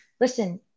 listen